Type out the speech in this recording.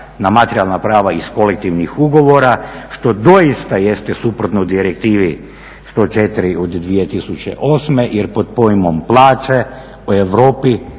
na materijalna prava iz kolektivnih ugovora što doista jeste suprotno direktivi 104 od 2008. jer pod pojmom plaće u Europi